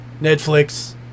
Netflix